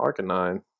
Arcanine